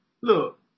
Look